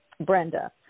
Brenda